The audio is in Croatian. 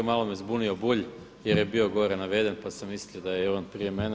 Malo me zbunio Bulj jer je bio gore naveden, pa sam mislio da je on prije mene.